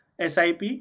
SIP